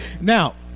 Now